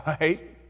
Right